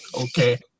Okay